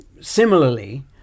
similarly